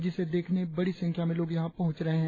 जिसे देखने बड़ी संख्या में लोग यहां पहुंच रहे है